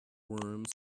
worms